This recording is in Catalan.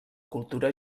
cultura